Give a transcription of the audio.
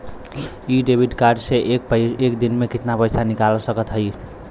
इ debit card से एक दिन मे कितना पैसा निकाल सकत हई?